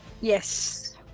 Yes